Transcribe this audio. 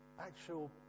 actual